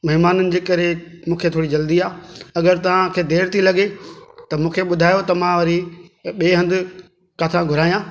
महिमाननि जे करे मूंखे थोरी जल्दी आहे अगरि तव्हांखे देरि थी लॻे त मूंखे ॿुधायो त मां वरी ॿिए हंधि किथां घुराया